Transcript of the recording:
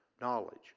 knowledge